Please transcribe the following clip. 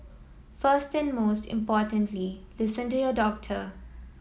first and most importantly listen to your doctor